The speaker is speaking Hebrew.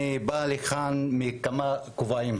אני בא לכאן בכמה כובעים,